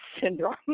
syndrome